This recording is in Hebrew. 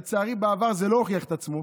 לצערי, בעבר זה לא הוכיח את עצמו.